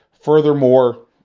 furthermore